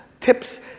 tips